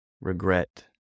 regret